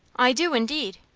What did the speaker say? i do, indeed.